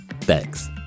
Thanks